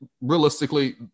realistically